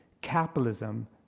capitalism